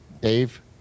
dave